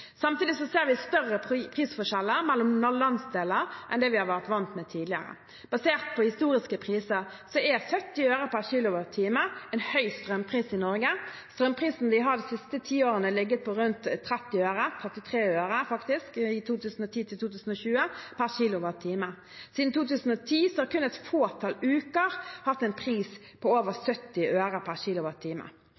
ser vi større prisforskjeller mellom landsdeler enn det vi har vært vant med tidligere. Basert på historiske priser er 70 øre/kWh en høy strømpris i Norge. Strømprisen har de siste ti årene ligget på rundt 30 øre – dvs. 33 øre/kWh i 2010–2020. Siden 2010 har kun et fåtall uker hatt en pris på over